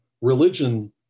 religion